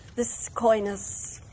this coyness